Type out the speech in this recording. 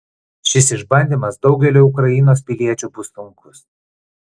šis išbandymas daugeliui ukrainos piliečių bus sunkus